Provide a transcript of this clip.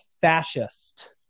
fascist